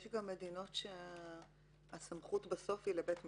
יש גם מדינות שבסוף הסמכות היא לבית משפט.